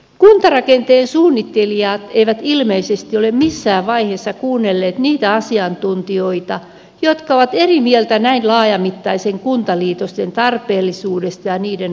kuntarakenteen suunnittelijat eivät ilmeisesti ole missään vaiheessa kuunnelleet niitä asiantuntijoita jotka ovat eri mieltä näin laajamittaisten kuntaliitosten tarpeellisuudesta ja niiden vaikutuksista